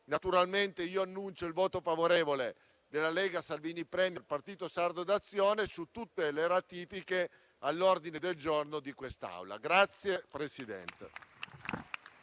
Naturalmente, annuncio il voto favorevole della Lega-Salvini Premier-Partito Sardo d'Azione su tutte le ratifiche all'ordine del giorno di quest'Assemblea.